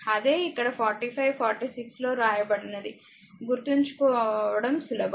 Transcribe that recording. అదే ఇక్కడ 45 46 లో వ్రాయబడినది గుర్తుంచుకోవడం సులభం